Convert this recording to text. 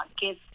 give